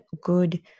good